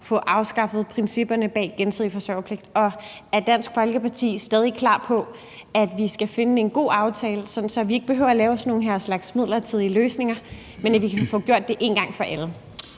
få afskaffet principperne bag gensidig forsørgerpligt? Og er Dansk Folkeparti stadig klar til, at vi skal finde en god aftale, sådan at vi ikke behøver at lave den her slags midlertidige løsninger, men så vi kan få gjort det en gang for alle?